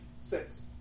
Six